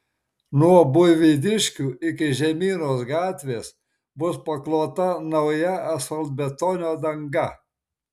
nuo buivydiškių iki žemynos gatvės bus paklota nauja asfaltbetonio danga